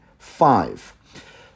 Five